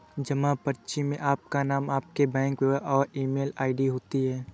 जमा पर्ची में आपका नाम, आपके बैंक विवरण और ईमेल आई.डी होती है